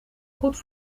goed